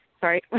sorry